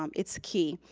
um it's key.